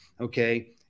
Okay